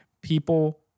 people